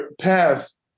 paths